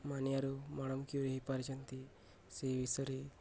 ମାନିଆରୁ madam Curie ହେଇପାରିଛନ୍ତି ସେହି ବିଷୟରେ